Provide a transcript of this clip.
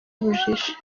ubujiji